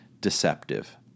deceptive